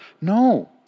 No